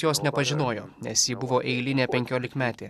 jos nepažinojo nes ji buvo eilinė penkiolikmetė